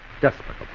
despicable